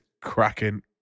cracking